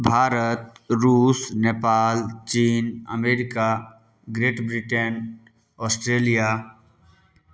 भारत रूस नेपाल चीन America Great Britain Australia